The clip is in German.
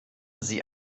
sie